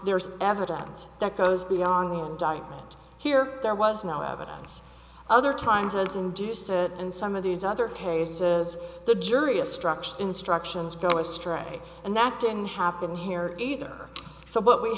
there's evidence that goes beyond the indictment here there was no evidence other times as induced a and some of these other cases the jury a structure instructions go astray and that didn't happen here either so what we